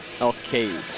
Okay